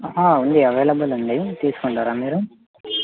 ఉంది అవైలబుల్ ఉంది తీసుకుంటారా మీరు